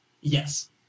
Yes